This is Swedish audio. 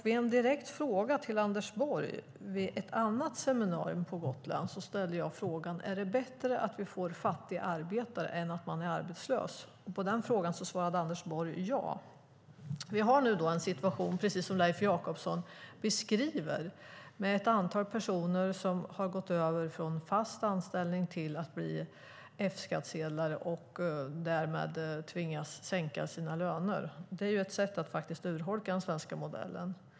Vid en direkt fråga till Anders Borg vid ett annat seminarium på Gotland ställde jag frågan: Är det bättre att vi får fattiga arbetare än att man är arbetslös? På den frågan svarade Anders Borg ja. Vi har nu en situation, precis som Leif Jakobsson beskriver, med ett antal personer som har gått över från fast anställning till att ha F-skattsedel och därmed tvingas sänka sina löner. Det är ett sätt att urholka den svenska modellen.